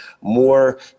more